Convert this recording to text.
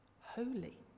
holy